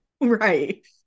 Right